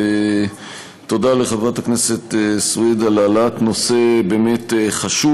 תודה לחברת הכנסת סויד על העלאת נושא באמת חשוב.